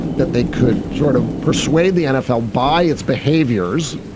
that they could sort of persuade the nfl by its behaviors,